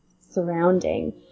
surrounding